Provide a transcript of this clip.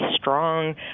strong